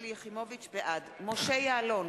בעד משה יעלון,